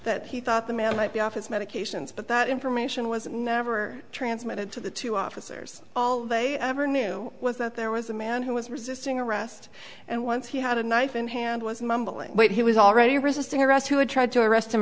that he thought the man might be off his medications but that information was never transmitted to the two officers all they ever knew was that there was a man who was resisting arrest and once he had a knife in hand was mumbling what he was already resisting arrest who had tried to arrest